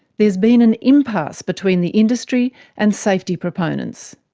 there's been an impasse between the industry and safety proponents.